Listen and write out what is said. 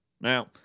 Now